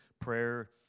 prayer